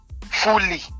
fully